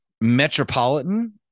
Metropolitan